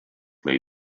lõi